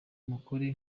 mukore